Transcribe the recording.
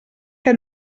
que